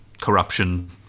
corruption